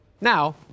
Now